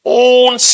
own